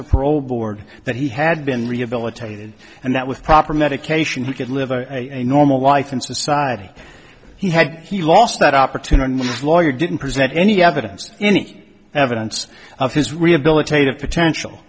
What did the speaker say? a parole board that he had been rehabilitated and that with proper medication he could live a normal life in society he had he lost that opportunity lawyer didn't present any evidence any evidence of his rehabilitative potential